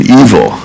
evil